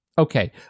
Okay